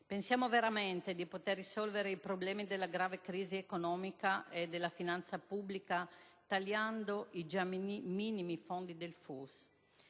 Pensiamo veramente di poter risolvere i problemi della grave crisi economica e della finanza pubblica tagliando i già minimi fondi del FUS?